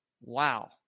Wow